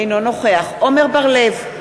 אינו נוכח עמר בר-לב,